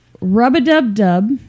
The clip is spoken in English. Rub-a-dub-dub